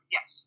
Yes